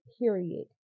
period